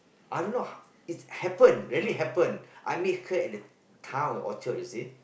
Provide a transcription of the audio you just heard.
I don't know it's happen really happen I meet her at the town Orchard you see